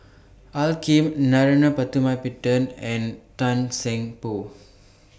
Al Lim Narana Putumaippittan and Tan Seng Poh